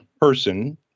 person